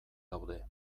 daude